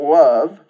love